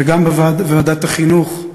וגם בוועדת החינוך,